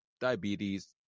diabetes